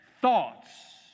thoughts